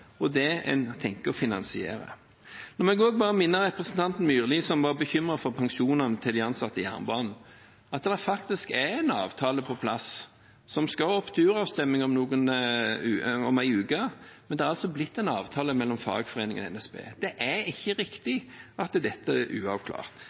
og det man tenker å finansiere. La meg også bare minne representanten Myrli, som var bekymret for pensjonene til de ansatte i jernbanen, om at det faktisk er en avtale på plass, som skal opp til uravstemning om en uke. Det har altså blitt en avtale mellom fagforeningene og NSB. Det er ikke